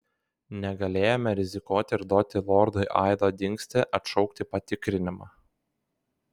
negalėjome rizikuoti ir duoti lordui aido dingstį atšaukti patikrinimą